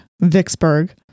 Vicksburg